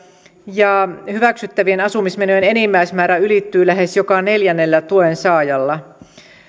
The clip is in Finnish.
ja hyväksyttävien asumismenojen enimmäismäärä ylittyy lähes joka neljännellä tuensaajalla